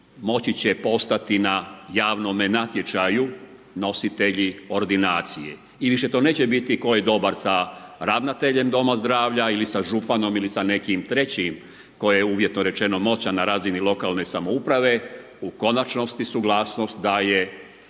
moći će postati na javnome natječaju nositelji ordinacije. I više to neće biti tko je dobar sa ravnateljem doma zdravlja ili sa županom ili sa nekim trećim koji je uvjetno moćan na razini lokalne samouprave u konačnosti suglasnost daje